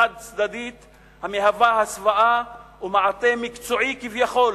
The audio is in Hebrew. חד-צדדית המהווה הסוואה ומעטה מקצועי כביכול